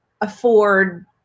afford